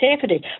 safety